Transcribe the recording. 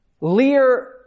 Lear